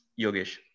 Yogesh